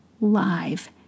live